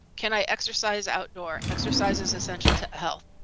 can i exercise outdoor. exercises essential to health.